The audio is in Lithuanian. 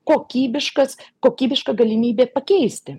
kokybiškas kokybiška galimybė pakeisti